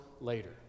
later